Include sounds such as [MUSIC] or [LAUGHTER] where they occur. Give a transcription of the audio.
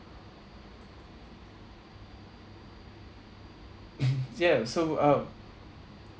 [COUGHS] ya so uh